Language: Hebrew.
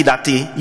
לפי דעתי,